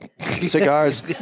Cigars